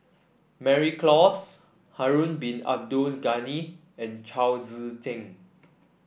Mary Klass Harun Bin Abdul Ghani and Chao Tzee Cheng